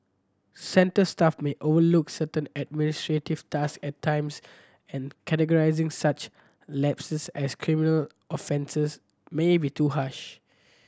centre staff may overlook certain administrative task at times and categorising such lapses as criminal offences may be too harsh